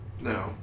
no